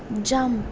jump